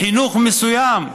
לחינוך מסוים.